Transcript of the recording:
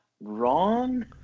wrong